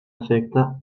efecte